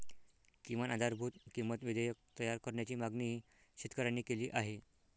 किमान आधारभूत किंमत विधेयक तयार करण्याची मागणीही शेतकऱ्यांनी केली आहे